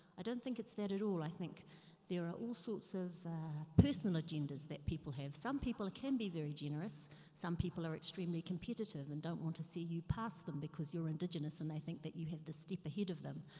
i don't think it's that at all, i there are all sorts of personal agendas that people have, some people can be very generous some people are extremely competitive and don't want to see you pass them because you're indigenous and they think that you have this step ahead of them.